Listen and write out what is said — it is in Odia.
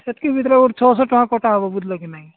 ସେତିକି ଭିତରେ ଛଅଶହ ଟଙ୍କା କଟା ହେବ ବୁଝିଲ କି ନାହିଁ